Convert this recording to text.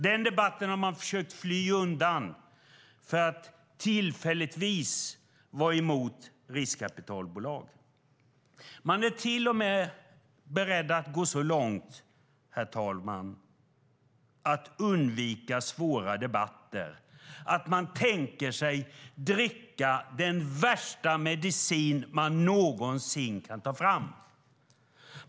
Den debatten har man försökt fly undan genom att tillfälligtvis vara emot riskkapitalbolag. Man är till och med beredd att gå så långt för att undvika svåra debatter, herr talman, att man tänker dricka den värsta medicin man någonsin kan ta fram.